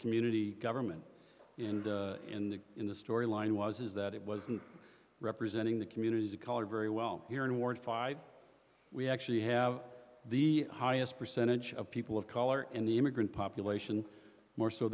community government and in the in the story line was is that it wasn't representing the communities of color very well here in ward five we actually have the highest percentage of people of color in the immigrant population more so